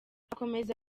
akomeza